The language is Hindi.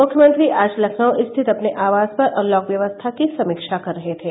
मुख्यमंत्री आज लखनऊ स्थित अपने आवास पर अनलॉक व्यवस्था की समीक्षा कर रहे थे